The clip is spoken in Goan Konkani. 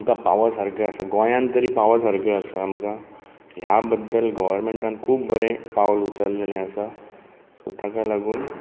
आमकां पाव सारकें आसा गोंयांत तरी पाव सारकें आसा आमकां ह्या बद्दल गर्वमेंटान खूब बरें पावल उचललेले आसात सो ताका लागून